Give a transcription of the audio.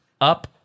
up